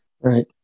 Right